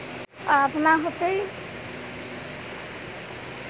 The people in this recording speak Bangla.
যে সব উৎসব গুলা বছর ঘুরিয়ে ধান তুলার পর হতিছে